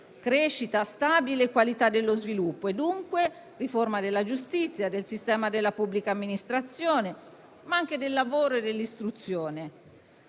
crescita stabile e qualità dello sviluppo, dunque riforma della giustizia e del sistema della pubblica amministrazione, ma anche del lavoro e dell'istruzione.